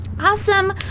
Awesome